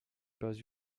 pas